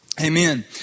Amen